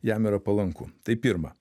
jam yra palanku tai pirma